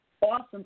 awesome